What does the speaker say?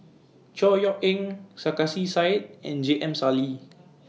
Chor Yeok Eng Sarkasi Said and J M Sali